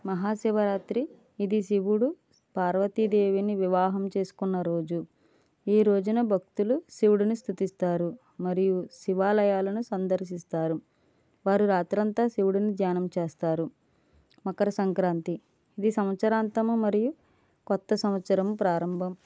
మహాశివరాత్రి ఇది శివుడు పార్వతి దేవిని వివాహం చేసుకున్న రోజు ఈ రోజున భక్తులు శివుడిని స్తుతిస్తారు మరియు శివాలయాలను సందర్శిస్తారు వారు రాత్రంతా శివుడిని ధ్యానం చేస్తారు మకర సంక్రాంతి ఇది సంవత్సరాంతము మరియు కొత్త సంవత్సరం ప్రారంభం